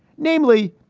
namely,